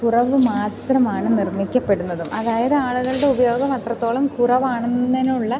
കുറവ് മാത്രമാണ് നിർമ്മിക്കപ്പെടുന്നതും അതായത് ആളുകളുടെ ഉപയോഗം അത്രത്തോളം കുറവാകുന്നതിനുള്ള